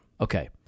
Okay